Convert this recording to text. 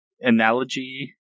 analogy